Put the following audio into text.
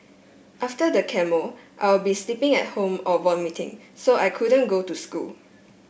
after the chemo I'll be sleeping at home or vomiting so I couldn't go to school